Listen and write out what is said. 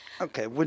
Okay